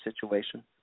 situation